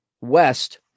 west